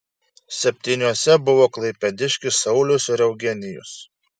septyniuose buvo klaipėdiškis saulius ir eugenijus